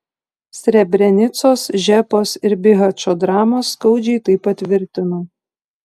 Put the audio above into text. srebrenicos žepos ir bihačo dramos skaudžiai tai patvirtino